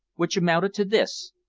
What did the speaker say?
which amounted to this,